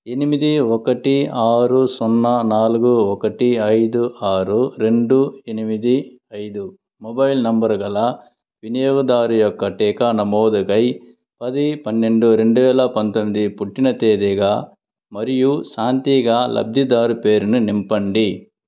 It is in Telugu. ఎనిమిది ఒకటి ఆరు సున్నా నాలుగు ఒకటి ఐదు ఆరు రెండు ఎనిమిది ఐదు మొబైల్ నంబరు గల వినియోగదారు యొక్క టీకా నమోదుకై పది పన్నెండు రెండు వేల పంతొమ్మిది పుట్టిన తేదీగా మరియు శాంతిగా లబ్ధిదారు పేరుని నింపండి